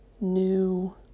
new